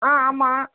ஆ ஆமாம்